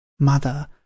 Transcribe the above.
Mother